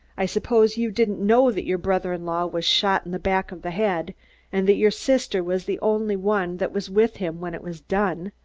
i suppose you didn't know that your brother-in-law was shot in the back of the head and that your sister was the only one that was with him when it was done.